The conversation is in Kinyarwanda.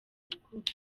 urukundo